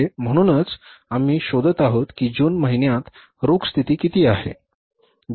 म्हणूनच आम्ही शोधत आहोत की जून महिन्यात रोख स्थिती किती आहे